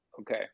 Okay